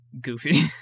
goofy